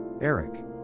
Eric